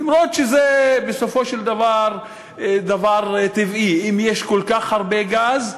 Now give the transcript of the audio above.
אף שזה בסופו של דבר דבר טבעי: אם יש כל כך הרבה גז,